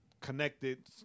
connected